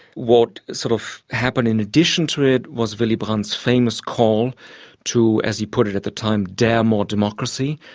what sort of happened in addition to it was willy brandt's famous call to, as he put it at the time, dare more democracy,